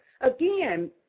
again